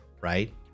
right